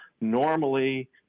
normally